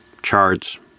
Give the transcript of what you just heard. charts